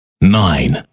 Nine